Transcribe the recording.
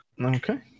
Okay